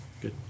Good